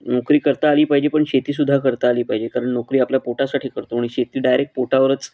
नोकरी करता आली पाहिजे पण शेतीसुद्धा करता आली पाहिजे कारण नोकरी आपल्या पोटासाठी करतो आणि शेती डायरेक्ट पोटावरच